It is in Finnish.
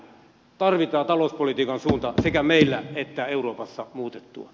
tarvitsee talouspolitiikan suunta sekä meillä että euroopassa muuttaa